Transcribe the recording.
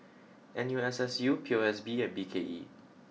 N U S S U P O S B and B K E